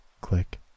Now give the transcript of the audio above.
click